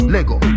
Lego